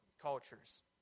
cultures